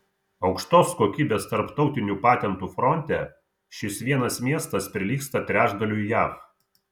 aukštos kokybės tarptautinių patentų fronte šis vienas miestas prilygsta trečdaliui jav